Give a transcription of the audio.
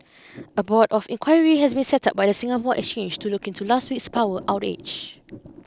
a board of inquiry has been set up by the Singapore Exchange to look into last week's power outage